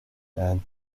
and